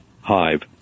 hive